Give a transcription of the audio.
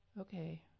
Okay